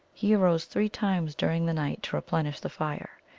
he arose three times during the night to replenish the fire.